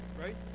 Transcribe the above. right